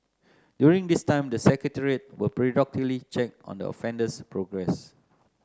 during this time the Secretariat will periodically check on the offender's progress